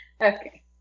okay